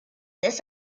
this